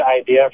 idea